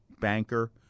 banker